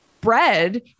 bread